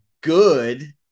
good